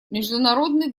международный